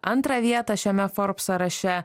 antrą vietą šiame forbes sąraše